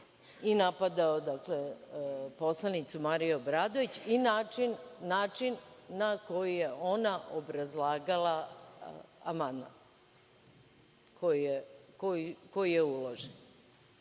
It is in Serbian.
i napadao poslanicu Mariju Obradović i način na koji je ona obrazlagala amandman koji je uložen.